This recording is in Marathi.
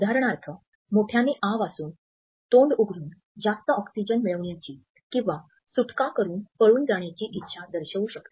उदाहरणार्थ मोठ्याने आ वासून तोंड उघडून जास्त ऑक्सिजन मिळविण्याची किंवा सुटका करून पळून जाण्याची इच्छा दर्शवू शकते